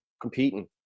competing